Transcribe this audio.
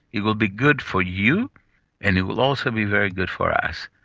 it will be good for you and it will also be very good for us.